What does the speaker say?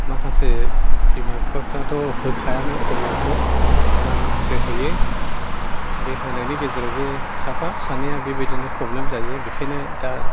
माखासे बिमा बिफाफ्राथ' होखायानो पलिय'खौ ओमफाय माखासे होयो बे होनायनि गेजेरावबो साफा सानैया बिबादिनो प्रब्लेम जायो बिखायनो दा